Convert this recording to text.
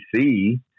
see